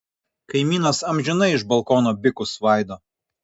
kaimynas amžinai iš balkono bikus svaido